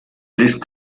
lässt